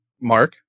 mark